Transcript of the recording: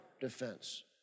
defense